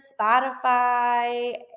Spotify